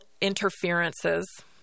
interferences